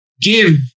give